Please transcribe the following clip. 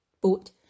boat